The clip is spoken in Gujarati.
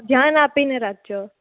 ધ્યાન આપીને રાખજો